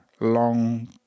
long